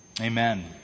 Amen